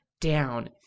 Down